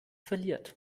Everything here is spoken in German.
verliert